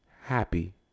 Happy